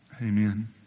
amen